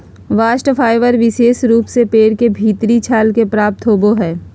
bast fibre विशेष रूप से पेड़ के भीतरी छाल से प्राप्त होवो हय